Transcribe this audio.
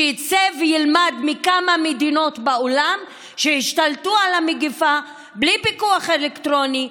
שיצא וילמד מכמה מדינות בעולם שהשתלטו על המגפה בלי פיקוח אלקטרוני,